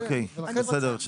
אוקיי, בסדר.